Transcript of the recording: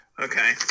Okay